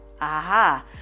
Aha